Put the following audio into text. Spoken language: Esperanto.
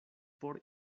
por